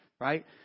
right